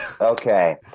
okay